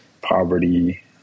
poverty